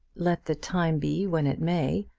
let the time be when it may,